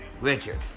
Richard